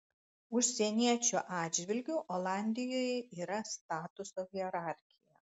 užsieniečių atžvilgiu olandijoje yra statuso hierarchija